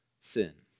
sin